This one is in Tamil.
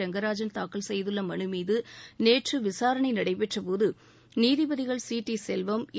ரெங்கராஜன் தாக்கல் செய்துள்ள மனுமீது நேற்று விசாரணை நடைபெற்றபோது நீதிபதிகள் சிடிசெல்வம் ஏ